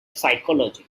physiology